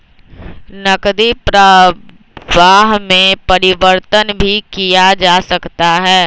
नकदी प्रवाह में परिवर्तन भी किया जा सकता है